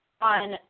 on